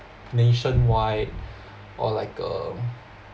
nationwide or like a